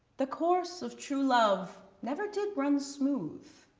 the course of true love never did run smooth.